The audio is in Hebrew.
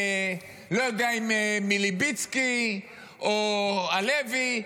לא יודע אם מלביצקי או הלוי,